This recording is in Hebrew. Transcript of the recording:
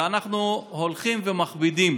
ואנחנו הולכים ומכבידים